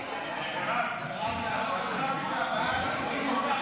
ייעול האכיפה והפיקוח העירוניים ברשויות